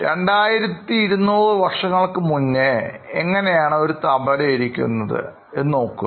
2200 വർഷങ്ങൾക്കു മുന്നേ എങ്ങനെയാണ് ഒരു തബല ഇരിക്കുന്നത് എന്നു നോക്കുക